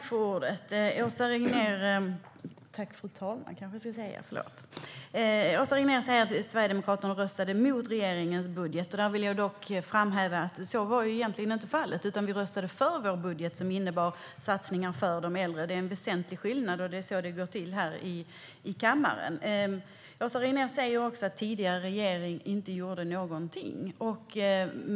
Fru talman! Åsa Regnér säger att Sverigedemokraterna röstade emot regeringens budget. Jag vill framhålla att så egentligen inte var fallet. Vi röstade för vår budget, som innebar satsningar för de äldre. Det är en väsentlig skillnad, och det är så det går till här i kammaren. Åsa Regnér säger också att den tidigare regeringen inte gjorde någonting.